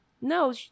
No